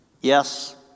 Yes